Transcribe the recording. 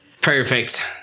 Perfect